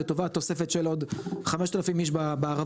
לטובת תוספת של עוד 5,000 איש בערבה,